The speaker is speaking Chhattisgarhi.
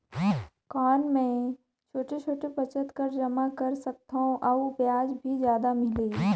कौन मै छोटे छोटे बचत कर जमा कर सकथव अउ ब्याज भी जादा मिले?